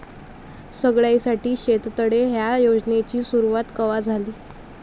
सगळ्याइसाठी शेततळे ह्या योजनेची सुरुवात कवा झाली?